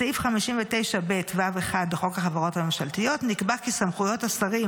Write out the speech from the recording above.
בסעיף 59ב(ו1) לחוק החברות הממשלתיות נקבע כי סמכויות השרים,